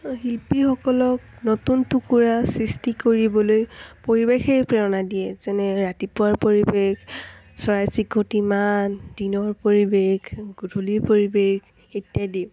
শিল্পীসকলক নতুন টুকুৰা সৃষ্টি কৰিবলৈ পৰিৱেশেই প্ৰেৰণা দিয়ে যেনে ৰাতিপুৱাৰ পৰিৱেশ চৰাই চিৰিকটিমান দিনৰ পৰিৱেশ গধূলিৰ পৰিৱেশ ইত্যাদি